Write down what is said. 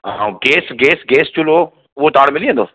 हा gas gas gas चूलो उओ तव्हां वटि मिली वेंदो